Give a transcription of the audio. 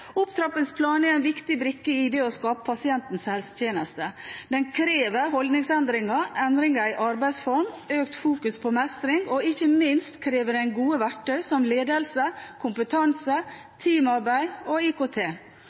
Opptrappingsplanen er en viktig brikke i det å skape pasientens helsetjeneste. Den krever holdningsendringer, endringer i arbeidsform, økt fokus på mestring, og ikke minst krever den gode verktøy som ledelse, kompetanse, teamarbeid og IKT.